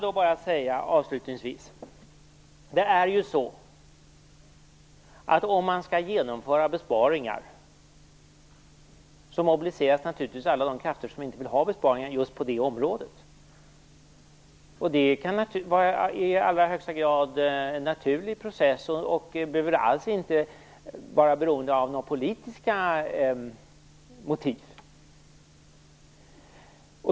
Om man skall genomföra besparingar på ett område mobiliseras naturligtvis alla de krafter som inte vill ha besparingar på just det området. Det är i allra högsta grad en naturlig process och behöver alls inte vara beroende av några politiska motiv.